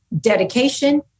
dedication